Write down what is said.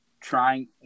trying